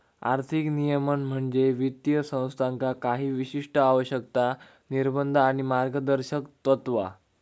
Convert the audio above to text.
आर्थिक नियमन म्हणजे वित्तीय संस्थांका काही विशिष्ट आवश्यकता, निर्बंध आणि मार्गदर्शक तत्त्वा